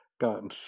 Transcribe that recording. gotten